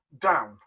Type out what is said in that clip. down